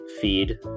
feed